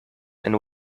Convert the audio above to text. and